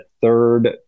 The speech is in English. third